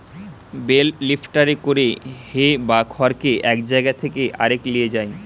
bell লিফ্টারে করে হে বা খড়কে এক জায়গা থেকে আরেক লিয়ে যায়